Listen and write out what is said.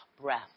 Breath